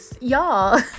y'all